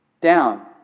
down